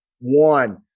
One